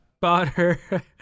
Butter